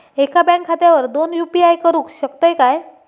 एका बँक खात्यावर दोन यू.पी.आय करुक शकतय काय?